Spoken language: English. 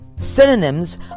synonyms